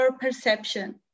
perception